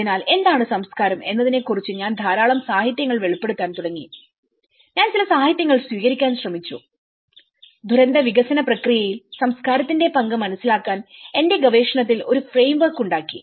അതിനാൽ എന്താണ് സംസ്കാരം എന്നതിനെക്കുറിച്ച് ഞാൻ ധാരാളം സാഹിത്യങ്ങൾ വെളിപ്പെടുത്താൻ തുടങ്ങി ഞാൻ ചില സാഹിത്യങ്ങൾ സ്വീകരിക്കാൻ ശ്രമിച്ചു ദുരന്ത വികസന പ്രക്രിയയിൽ സംസ്കാരത്തിന്റെ പങ്ക് മനസിലാക്കാൻ എന്റെ ഗവേഷണത്തിൽ ഒരു ഫ്രെയിംവർക്ക് ഉണ്ടാക്കി